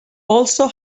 also